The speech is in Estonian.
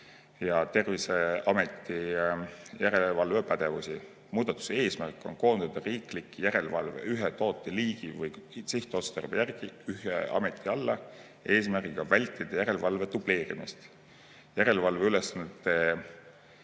ja Terviseameti järelevalvepädevust. Muudatuse eesmärk on koondada riiklik järelevalve ühe tooteliigi või sihtotstarbe järgi ühe ameti alla eesmärgiga vältida järelevalve dubleerimist. Järelevalveülesannete